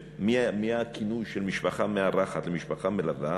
הכינוי "משפחה מארחת" ל"משפחה מלווה",